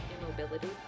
immobility